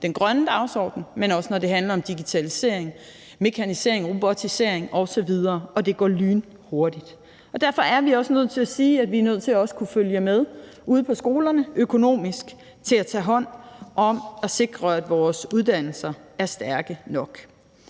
den grønne dagsorden, men også når det handler om digitalisering, mekanisering, robotisering osv., og det går lynhurtigt. Derfor er vi nødt til at sige, at vi er nødt til også at kunne følge med ude på skolerne økonomisk i forhold til at tage hånd om at sikre, at vores uddannelser er stærke nok.